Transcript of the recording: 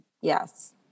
Yes